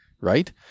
right